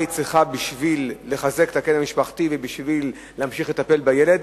מה היא צריכה בשביל לחזק את הקן המשפחתי ובשביל להמשיך לטפל בילד,